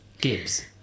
Gibbs